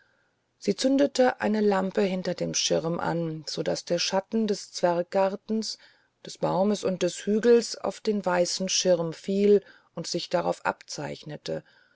sie zündete eine lampe hinter dem schirm an so daß der schatten des zwerggartens des baumes und des hügels auf den weißen schirm fiel und sich darauf abzeichnete